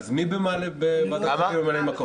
אז מי בוועדת כספים ממלא מקום?